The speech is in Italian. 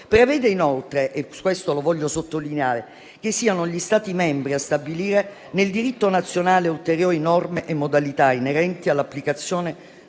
prevede inoltre - questo lo voglio sottolineare - che siano gli Stati membri a stabilire nel diritto nazionale ulteriori norme e modalità inerenti all'applicazione